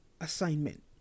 assignment